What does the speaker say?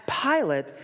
Pilate